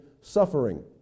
suffering